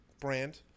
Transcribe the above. Brand